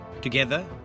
Together